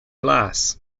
glass